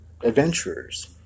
adventurers